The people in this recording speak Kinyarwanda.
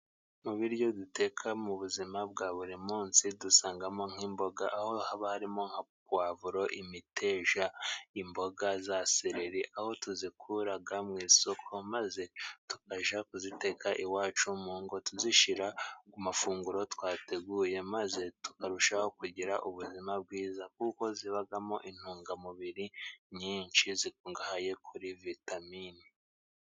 Mu biryo duteka mu buzima bwa buri munsi, dusangamo nk'imboga aho haba harimo nka puwavuro, imiteja, imboga za seleri, aho tuzikura mu isoko, maze tukajya kuziteka iwacu mu ngo, tuzishyira ku mafunguro twateguye maze tukarushaho kugira ubuzima bwiza, kuko zibamo intungamubiri nyinshi zikungahaye kuri vitamine.